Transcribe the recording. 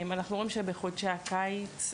אנחנו רואים שבחודשי הקיץ,